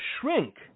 Shrink